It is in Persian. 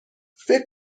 فکر